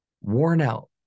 Worn-out